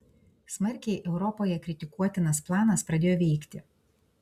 smarkiai europoje kritikuotinas planas pradėjo veikti